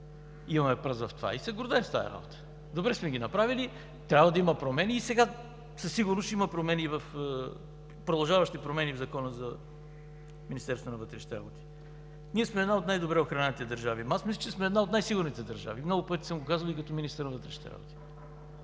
Имаме пръст в това и се гордеем с тази работа. Добре сме ги направили. Трябва да има промени и сега със сигурност ще има промени в Закона за Министерството на вътрешните работи. Ние сме една от най-добре охраняваните държави. Аз мисля, че сме една от най-сигурните държави – много пъти съм го казвал и като